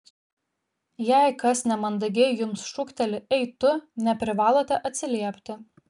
jei kas nemandagiai jums šūkteli ei tu neprivalote atsiliepti